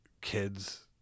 kids